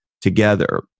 together